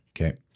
Okay